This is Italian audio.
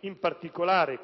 in particolare,